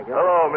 Hello